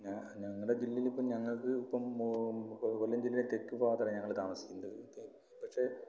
ഞങ്ങളുടെ ജില്ലയിൽ ഇപ്പോൾ ഞങ്ങൾക്ക് ഇപ്പം കൊല്ലം ജില്ലയിലെ തെക്ക് ഭാഗത്താണ് ഞങ്ങൾ താമസിക്കുന്നത് പക്ഷേ